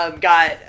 got